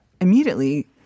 immediately